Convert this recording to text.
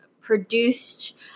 produced –